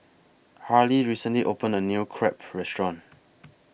Harlie recently opened A New Crepe Restaurant